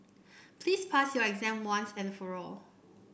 please pass your exam once and for all